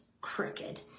crooked